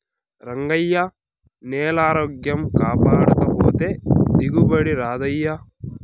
రంగయ్యా, నేలారోగ్యం కాపాడకపోతే దిగుబడి రాదయ్యా